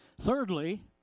Thirdly